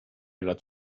lat